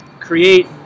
create